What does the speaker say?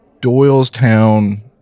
Doylestown